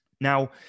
Now